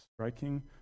striking